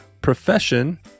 profession